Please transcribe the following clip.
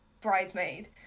bridesmaid